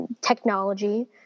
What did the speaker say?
technology